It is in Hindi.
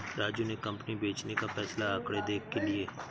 राजू ने कंपनी बेचने का फैसला आंकड़े देख के लिए